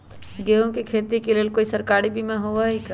गेंहू के खेती के लेल कोइ सरकारी बीमा होईअ का?